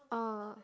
oh